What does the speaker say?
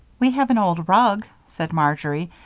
we have an old rug, said marjory,